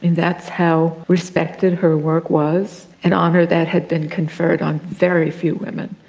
that's how respected her work was. an honour that had been conferred on very few women.